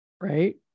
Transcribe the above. right